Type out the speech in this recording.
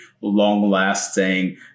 long-lasting